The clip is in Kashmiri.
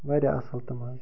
واریاہ اَصٕل تِم حظ